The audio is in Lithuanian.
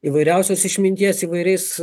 įvairiausios išminties įvairiais